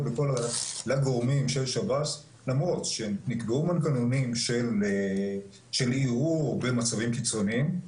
לגורמים של שב"ס למרות שנקבעו מנגנונים של ערעור במצבים קיצוניים,